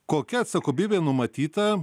kokia atsakomybė numatyta